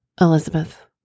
Elizabeth